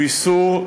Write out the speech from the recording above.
הוא איסור,